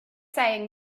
saying